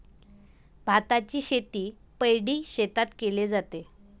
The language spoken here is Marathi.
भाताची शेती पैडी शेतात केले जाते